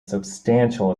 substantial